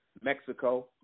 Mexico